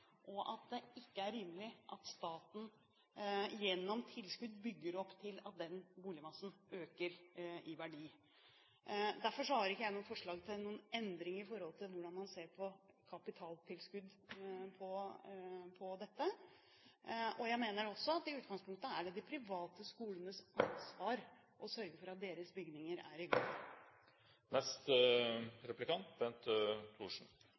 og det er ikke rimelig at staten gjennom tilskudd bygger opp til at den boligmassen øker i verdi. Derfor har ikke jeg noe forslag til endring når det gjelder hvordan man ser på kapitaltilskudd på dette. Jeg mener også at i utgangspunktet er det de private skolenes ansvar å sørge for at deres bygninger er i